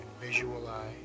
visualize